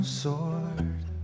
sword